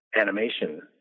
animation